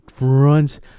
runs